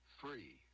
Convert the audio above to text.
free